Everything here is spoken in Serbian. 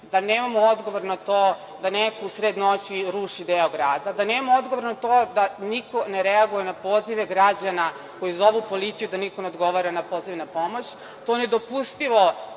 da nemamo odgovor na to da neko u sred noći ruši deo grada, da nema odgovornog to je, da niko ne reaguje na pozive građana koji zovu policiju, da niko ne odgovara na pozive i na pomoć.